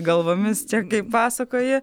galvomis čia kai pasakoji